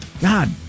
God